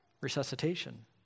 resuscitation